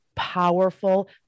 Powerful